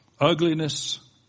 ugliness